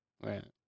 Right